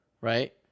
right